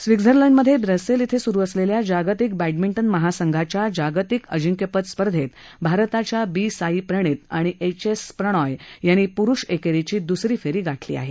स्वित्झर्लंडमध्ये बसेल इथं सुरू असलेल्या जागतिक बॅडमिंटन महासंघाच्या जागतिक अजिंक्यपद स्पर्धेत भारताच्या बी साई प्रणित आणि एच एस प्रणोय यांनी प्रुष एकेरीची दुसरी फेरी गाठली आहे